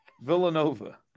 Villanova